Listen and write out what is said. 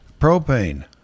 propane